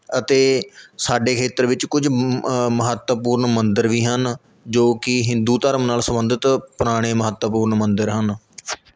ਅਤੇ ਸਾਡੇ ਖੇਤਰ ਵਿੱਚ ਕੁਝ ਮ ਮਹੱਤਵਪੂਰਨ ਮੰਦਰ ਵੀ ਹਨ ਜੋ ਕਿ ਹਿੰਦੂ ਧਰਮ ਨਾਲ ਸੰਬੰਧਿਤ ਪੁਰਾਣੇ ਮਹੱਤਵਪੂਰਨ ਮੰਦਰ ਹਨ